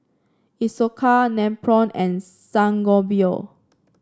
Isocal Nepro and Sangobion